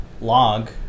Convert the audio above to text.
log